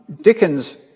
Dickens